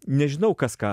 nežinau kas ką